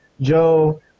Joe